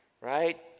Right